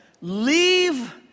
leave